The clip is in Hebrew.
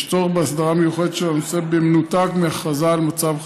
יש צורך בהסדרה מיוחדת של הנושא במנותק מהכרזה על מצב חירום.